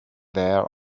there